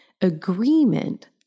Agreement